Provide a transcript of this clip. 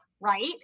right